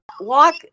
walk